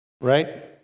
Right